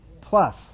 plus